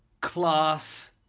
class